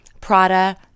Prada